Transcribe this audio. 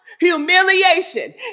humiliation